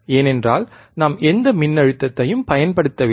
ஏனென்றால் நாம் எந்த மின்னழுத்தத்தையும் பயன்படுத்தவில்லை